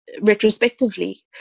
retrospectively